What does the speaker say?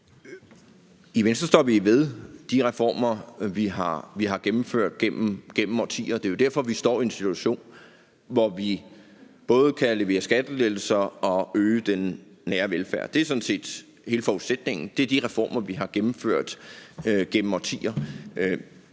I Venstre står vi ved de reformer, vi har gennemført gennem årtier. Det er jo derfor, vi står i en situation, hvor vi både kan levere skattelettelser og øge den nære velfærd. Det er sådan set hele forudsætningen; det er de reformer, vi har gennemført gennem årtier.